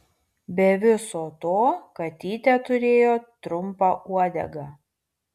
be viso to katytė turėjo trumpą uodegą